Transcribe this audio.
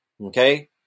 Okay